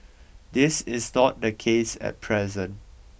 this is not the case at present